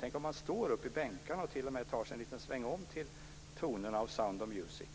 Tänk om man står upp i bänkarna och t.o.m. tar sig en liten svängom till tonerna av Sound of Music!